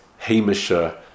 hamisher